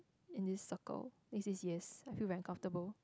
in this circle he says yes I feel very comfortable